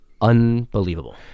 unbelievable